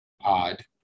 Odd